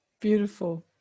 beautiful